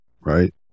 right